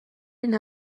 این